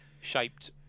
shaped